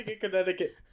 Connecticut